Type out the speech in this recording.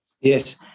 yes